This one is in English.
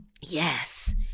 yes